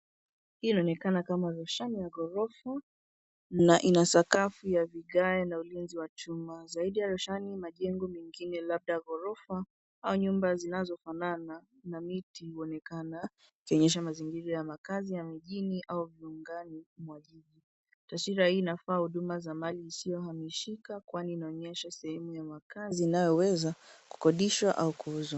Hii ina onekana kama rushani ya ghorofa na ina sakafu ya vigae na ulinzi wa chuma. Zaidi ya roshani majengo mengine labda ghorofa au nyumba zinazo fanana na miti huonekana ikionyesha mazingira ya makazi ya mjini au viungani mwa jiji. Taswira hii inafaa huduma za mali isiyo hamishika kwani inaonyesha sehemu ya makazi inayo weza kukodishwa au kuuzwa.